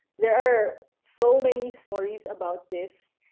there are so many stories about this.